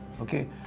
Okay